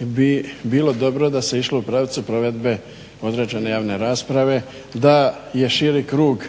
bi bilo dobro da se išlo u pravcu provedbe određene javne rasprave, da je širi krug